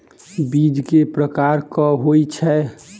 बीज केँ प्रकार कऽ होइ छै?